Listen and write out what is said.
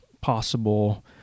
possible